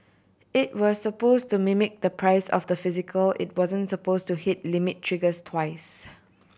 it was supposed to mimic the price of the physical it wasn't supposed to hit limit triggers twice